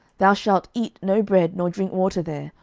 thou shalt eat no bread nor drink water there,